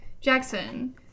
Jackson